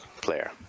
player